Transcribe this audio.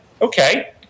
Okay